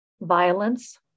violence